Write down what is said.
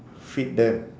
feed them